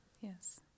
Yes